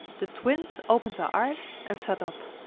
the twins opened their eyes and sat up.